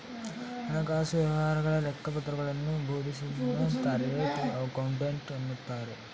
ಹಣಕಾಸು ವ್ಯವಹಾರಗಳ ಲೆಕ್ಕಪತ್ರಗಳನ್ನು ಶೋಧಿಸೋನ್ನ ಚಾರ್ಟೆಡ್ ಅಕೌಂಟೆಂಟ್ ಎನ್ನುತ್ತಾರೆ